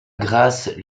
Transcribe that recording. grâce